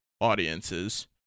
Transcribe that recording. audiences